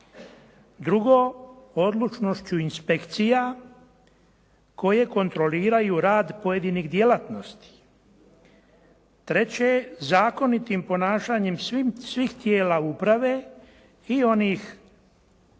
Drugo, odlučnošću inspekcija koje kontroliraju rad pojedinih djelatnosti. Treće, zakonitim ponašanjem svih tijela uprave i onih